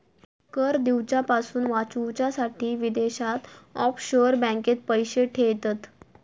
कर दिवच्यापासून वाचूच्यासाठी विदेशात ऑफशोअर बँकेत पैशे ठेयतत